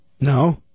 No